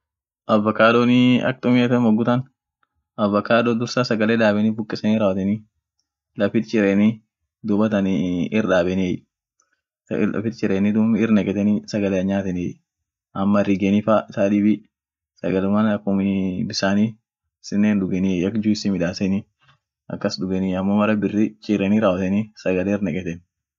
Pizaa gar wora sun ak midaasen woyu sukarifa ir indabarsenu, ak chole midaaseni kiasi ishiatii hingudisenunea hindikeesenunea, malfedensun midaasite raawote amo woyu kasinkaayenu sukarifa irindabarseni yoonkuun, dukub fa nimiit hindufti malum feden sun, kiasi kas kaayeni woliit midaaseni duum unum nyaatenie